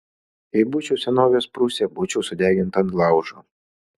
jei būčiau senovės prūsė būčiau sudeginta ant laužo